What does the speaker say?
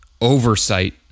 oversight